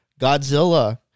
Godzilla